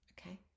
Okay